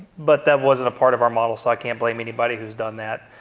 but that wasn't a part of our model, so i can't blame anybody who's done that.